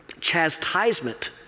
chastisement